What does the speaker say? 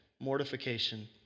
mortification